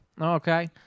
Okay